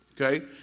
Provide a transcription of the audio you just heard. okay